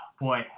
boy